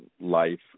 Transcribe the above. life